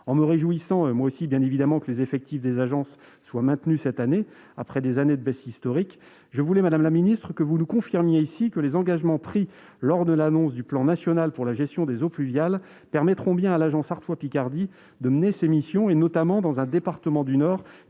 je me réjouis moi aussi bien évidemment que les effectifs des agences soient maintenus cette année, après des années de baisse historique, je souhaiterais que vous nous confirmiez que les engagements pris lors de l'annonce du plan national de gestion durable des eaux pluviales permettront réellement à l'agence Artois-Picardie de mener ses missions dans le département du Nord,